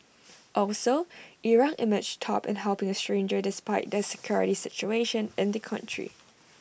also Iraq emerged top in helping A stranger despite the security situation in the country